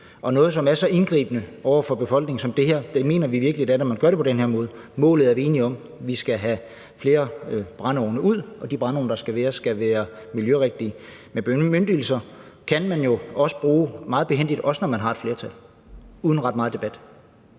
er noget, som er så indgribende over for befolkningen, når man gør det på den her måde. Målet er vi enige om: Vi skal have flere brændeovne ud, og de brændeovne, der skal være, skal være miljørigtige. Men bemyndigelser kan man jo også bruge meget behændigt, også når man har et flertal, uden ret meget debat.